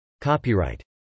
Copyright